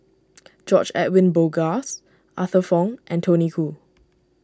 George Edwin Bogaars Arthur Fong and Tony Khoo